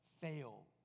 fail